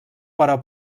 però